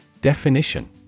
Definition